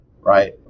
right